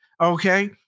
Okay